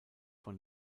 von